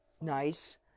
Nice